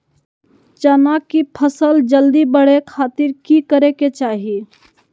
चना की फसल जल्दी बड़े खातिर की करे के चाही?